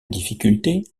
difficulté